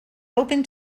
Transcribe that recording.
open